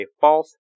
false-